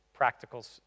practicals